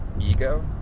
ego